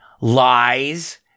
Lies